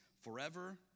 forever